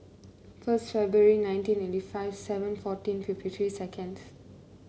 first February nineteen eighty five seven fourteen fifty three seconds